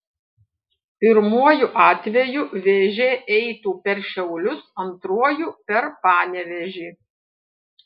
pirmuoju atveju vėžė eitų per šiaulius antruoju per panevėžį